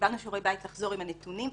קיבלנו שיעורי בית לחזור עם נתונים,